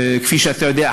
כפי שאתה יודע,